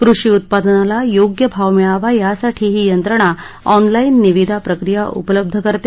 कृषी उत्पादनाला योग्य भाव मिळावा यासाठी ही यंत्रणा ऑनलाईन निविदा प्रक्रिया उपलब्ध करते